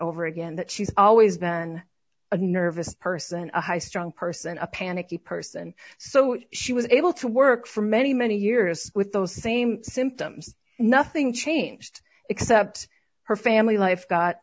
over again that she's always been a nervous person a high strung person a panicky person so she was able to work for many many years with those same symptoms nothing changed except her family life